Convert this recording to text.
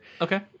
Okay